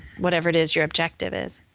whatever it is your objective is.